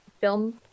film